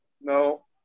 No